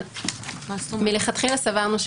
מלכתחילה סברנו,